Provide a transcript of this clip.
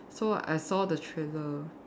so I saw the trailer